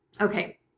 Okay